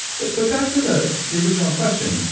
but but back to the the original question.